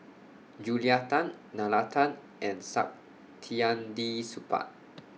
Julia Tan Nalla Tan and Saktiandi Supaat